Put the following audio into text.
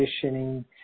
conditioning